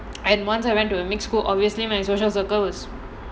and once I went to mix school obviously my social circle was